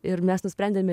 ir mes nusprendėme